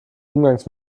umgangs